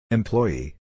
Employee